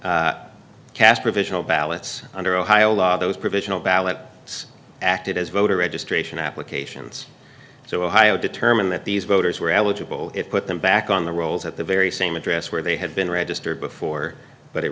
case cast provisional ballots under ohio law those provisional ballot acted as voter registration applications so ohio determined that these voters were eligible it put them back on the rolls at the very same address where they had been registered before but